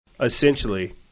essentially